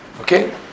Okay